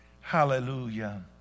Hallelujah